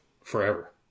forever